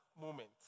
moment